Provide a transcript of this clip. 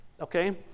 okay